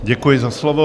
Děkuji za slovo.